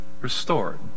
restored